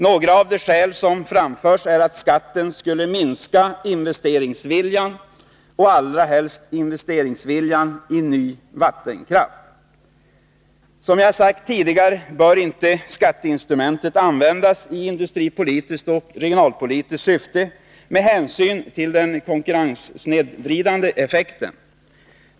Några av de skäl som framförts är att skatten skulle minska investeringsviljan och allra helst viljan att investera i ny vattenkraft. Som jag sagt tidigare bör inte skatteinstrumentet användas i industripolitiskt och regionalpolitiskt syfte med hänsyn till den konkurrenssnedvridande effekten.